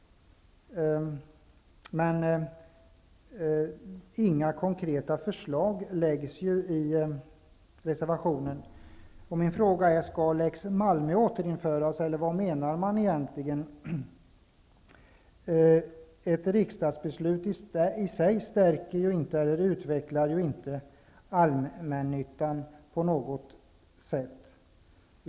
Men inga konkreta förslag framläggs. Min fråga är: Skall lex Malmö återinföras eller vad menar Socialdemokraterna? Ett riksdagsuttalande i sig stärker och utvecklar inte allmännyttan på något sätt.